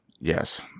Yes